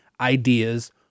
ideas